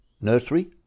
nursery